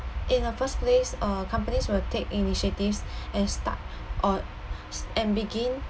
in the first place uh companies will take initiatives and start or and begin